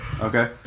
Okay